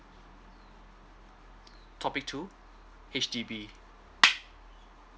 topic two H_D_B